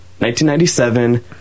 1997